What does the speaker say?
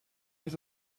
have